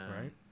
right